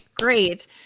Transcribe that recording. great